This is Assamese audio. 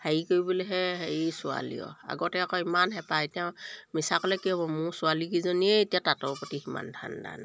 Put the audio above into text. হেৰি কৰিবলৈহে হেৰি ছোৱালীও আগতে আকৌ ইমান হেঁপাহ এতিয়া মিছা ক'লে কি হ'ব মোৰ ছোৱালীকেইজনীৰে এতিয়া তাঁতৰ প্ৰতি সিমান ধান্দা নাই